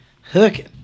Hooking